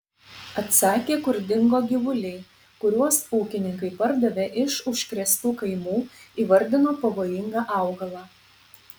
atsakė kur dingo gyvuliai kuriuos ūkininkai pardavė iš užkrėstų kaimų įvardino pavojingą augalą